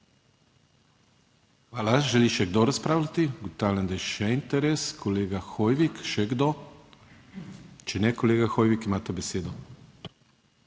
Hvala. Želi še kdo razpravljati? Ugotavljam, da je še interes. Kolega Hoivik. Še kdo? Ker ne, kolega Hoivik, imate besedo.